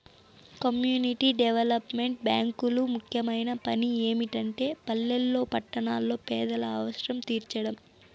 community development బ్యేంకులు ముఖ్యమైన పని ఏమిటంటే పల్లెల్లో పట్టణాల్లో పేదల అవసరం తీర్చడం